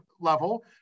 level